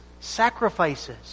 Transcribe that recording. sacrifices